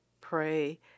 pray